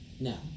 Now